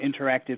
interactive